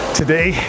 today